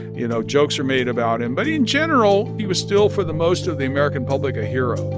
you know, jokes are made about him. but in general, he was still, for the most of the american public, a hero